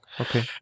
Okay